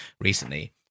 recently